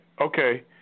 Okay